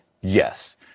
Yes